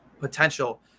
potential